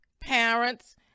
parents